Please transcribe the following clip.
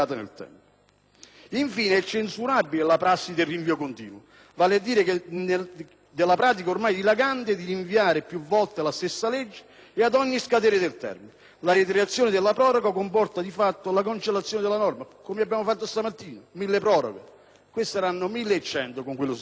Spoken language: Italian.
Infine, è censurabile la prassi del rinvio continuo, vale a dire della pratica ormai dilagante di rinviare più volte la stessa legge ad ogni scadere del termine. La reiterazione della proroga comporta, di fatto, la cancellazione della norma (come abbiamo fatto questa mattina con il decreto milleproroghe; ora saranno 1.100, con quelle che stiamo esaminando).